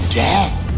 death